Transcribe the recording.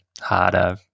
harder